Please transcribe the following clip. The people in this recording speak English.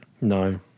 No